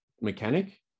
mechanic